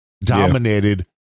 dominated